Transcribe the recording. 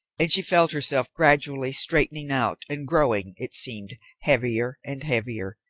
and she felt herself gradually straightening out and growing, it seemed, heavier and heavier,